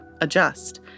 adjust